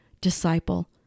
disciple